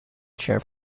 chair